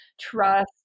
trust